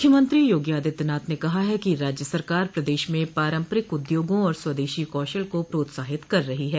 मुख्यमंत्री योगी आदित्यनाथ ने कहा है कि राज्य सरकार प्रदेश में पारम्परिक उद्योगों और स्वदेशी कौशल को प्रोत्साहित कर रही है